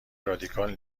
رادیکال